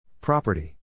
Property